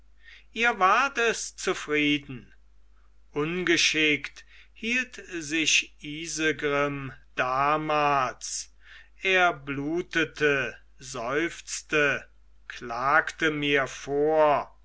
ihr wart es zufrieden ungeschickt hielt sich isegrim damals er blutete seufzte klagte mir vor